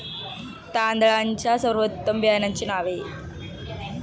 तांदळाच्या सर्वोत्तम बियाण्यांची नावे?